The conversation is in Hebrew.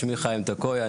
שמי חיים טקויה,